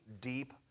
deep